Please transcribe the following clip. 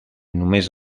només